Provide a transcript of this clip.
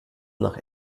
nach